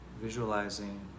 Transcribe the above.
visualizing